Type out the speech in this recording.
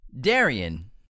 Darian